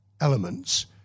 elements